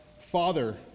Father